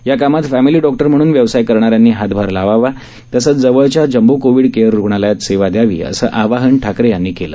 या कामात family doctor म्हणून व्यवसाय करणाऱ्यांनी हातभार लावावा तसंच जवळच्या जम्बो कोविड केअर रुग्णालयात सेवा द्यावी असं आवाहन ठाकरे यांनी केलं